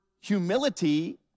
humility